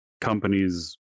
companies